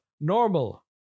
Normal